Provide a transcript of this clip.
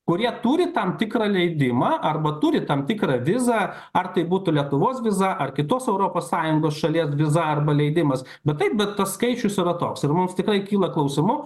kurie turi tam tikrą leidimą arba turi tam tikrą vizą ar tai būtų lietuvos viza ar kitos europos sąjungos šalies viza arba leidimas bet taip bet tas skaičius yra toks ir mums tikrai kyla klausimų